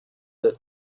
that